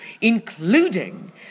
including